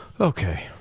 Okay